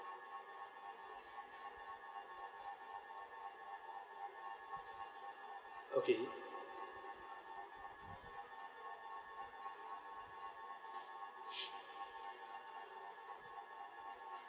okay